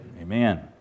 Amen